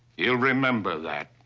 he'll remember that.